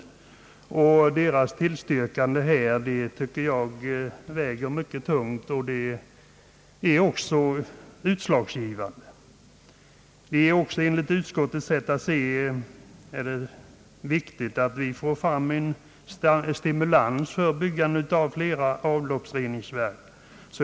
Jag tycker att deras tillstyrkande här väger mycket tungt och är utslagsgivande. Enligt utskottets sätt att se är det också viktigt, att vi får fram en stimulans för byggande av flera avloppsreningsverk.